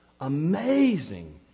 amazing